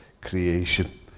creation